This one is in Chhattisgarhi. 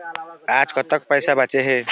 आज कतक पैसा बांचे हे?